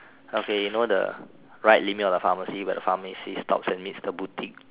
okay you know the right limit of the pharmacy where the pharmacy stops and meets the boutique